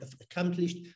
accomplished